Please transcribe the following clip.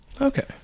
Okay